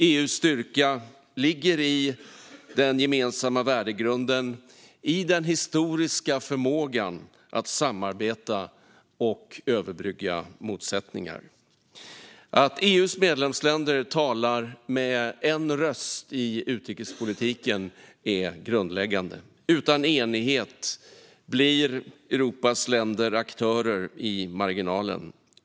EU:s styrka ligger i den gemensamma värdegrunden och i den historiska förmågan att samarbeta och överbrygga motsättningar. Att EU:s medlemsländer talar med en röst i utrikespolitiken är grundläggande. Utan enighet blir Europas länder aktörer i marginalen.